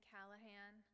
Callahan